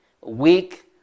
weak